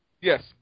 Yes